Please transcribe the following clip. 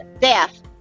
death